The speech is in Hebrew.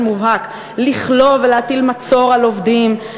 מובהק לכלוא ולהטיל מצור על עובדים,